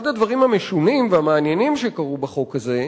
אחד הדברים המשונים והמעניינים שקרו בחוק הזה,